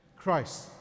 Christ